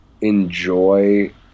enjoy